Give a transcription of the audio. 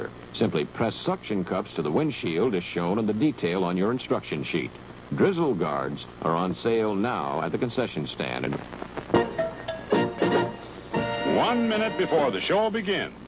or simply press suction cups to the windshield is shown in the detail on your instruction sheet grizzle guards are on sale now at the concession stand and one minute before the show